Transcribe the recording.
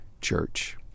Church